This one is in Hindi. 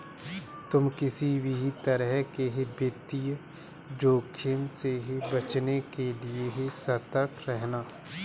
तुम किसी भी तरह के वित्तीय जोखिम से बचने के लिए सतर्क रहना